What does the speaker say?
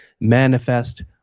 manifest